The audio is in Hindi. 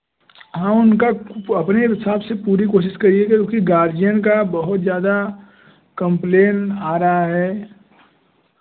हाँ उनका अपने हिसाब से पूरी कोशिश करिए क्योंकि गर्जियन का बहुत ज़्यादा कंप्लेन आ रहा है